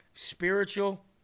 Spiritual